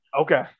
Okay